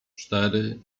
cztery